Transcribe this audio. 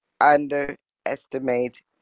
underestimate